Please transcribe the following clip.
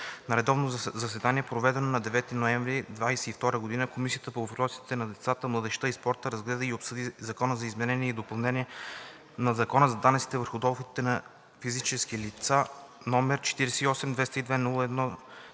На редовно заседание, проведено на 9 ноември 2022 г., Комисията по въпросите на децата, младежта и спорта разгледа и обсъди Закон за изменение и допълнение на Закон за данъците върху доходите на физическите лица, №